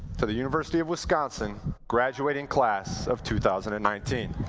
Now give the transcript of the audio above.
to the university of wisconsin graduating class of two thousand and nineteen.